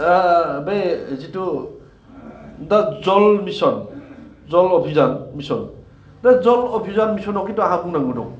बे जिथु दा जल मिसन जल अभिजान मिसन दा जल अभिजान मिसनाव खिन्थु आंहा बुंनांगौ दं